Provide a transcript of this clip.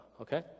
okay